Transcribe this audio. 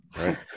right